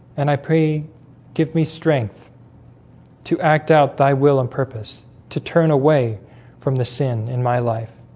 and i pray give me strength to act out. thy will and purpose to turn away from the sin in my life